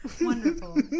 Wonderful